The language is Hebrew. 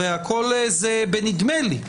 הרי הכול זה בנדמה לי,